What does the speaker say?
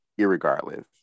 irregardless